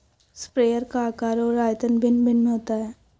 sprayer का आकार और आयतन भिन्न भिन्न होता है